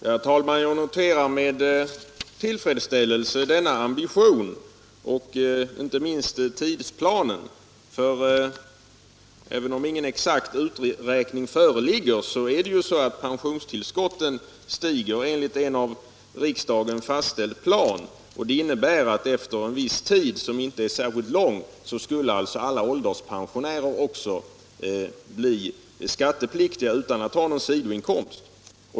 Herr talman! Jag noterar denna ambition med tillfredsställelse, och det gäller inte minst tidsplanen. Även om ingen exakt uträkning föreligger är det så att pensionstillskotten stiger enligt en av riksdagen fastställd plan. Det innebär att alla ålderspensionärer inom en inte alltför avlägsen tid får skattepliktig inkomst utan att ha några sidoinkomster.